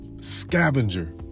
scavenger